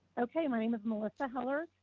okay. my name is melissa heller.